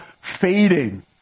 fading